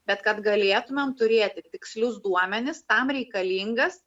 bet kad galėtumėm turėti tikslius duomenis tam reikalingas